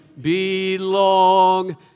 belong